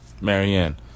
marianne